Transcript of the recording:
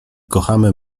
kochamy